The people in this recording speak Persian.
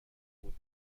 بود